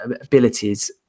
abilities